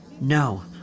No